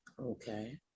Okay